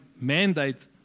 mandate